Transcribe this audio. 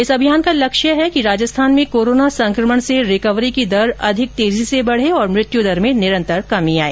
इस अभियान का लक्ष्य है कि राजस्थान में कोरोना संकमण से रिकवरी की दर अधिक तेजी से बढ़े और मृत्यु दर में निरंतर कमी आए